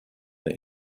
the